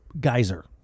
geyser